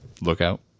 lookout